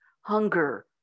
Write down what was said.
hunger